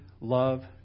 love